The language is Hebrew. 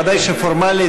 ודאי שפורמלית,